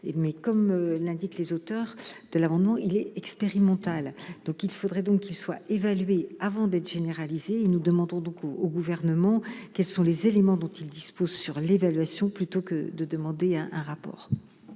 mais, comme l'indiquent les auteurs de l'amendement, il est expérimental, donc, il faudrait donc qu'ils soient évaluées avant d'être généralisées et nous demandons donc au au gouvernement, quels sont les éléments dont il dispose sur l'évaluation, plutôt que de demander un rapport.